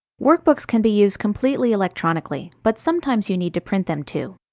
workbooks can be used completely electronically, but sometimes you need to print them too.